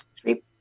three